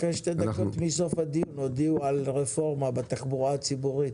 אחרי שתי דקות מסוף הדיון הודיעו על רפורמה בתחבורה הציבורית,